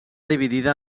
dividida